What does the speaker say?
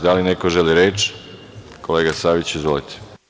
Da li neko želi reč? (Da) Kolega Saviću, izvolite.